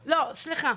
סליחה.